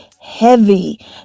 heavy